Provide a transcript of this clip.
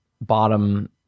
bottom